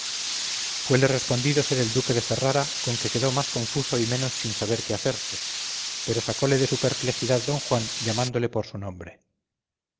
duque fuele respondido ser el duque de ferrara con que quedó más confuso y menos sin saber qué hacerse pero sacóle de su perplejidad don juan llamándole por su nombre